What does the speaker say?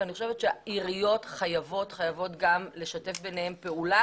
ואני חושבת שהעיריות חייבות גם לשתף ביניהן פעולה